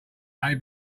today